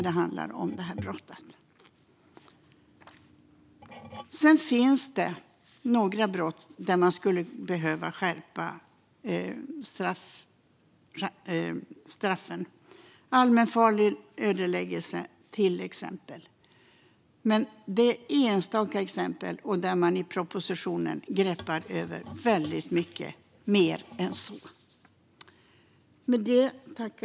Det finns några brott där man skulle behöva skärpa straffen, till exempel allmänfarlig ödeläggelse. Det handlar dock om enstaka exempel, och i propositionen greppar man över väldigt mycket mer än så.